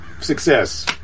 success